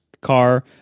car